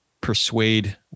persuade